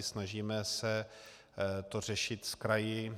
Snažíme se to řešit s kraji.